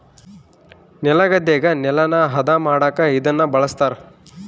ನೆಲಗದ್ದೆಗ ನೆಲನ ಹದ ಮಾಡಕ ಇದನ್ನ ಬಳಸ್ತಾರ